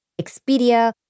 Expedia